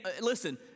listen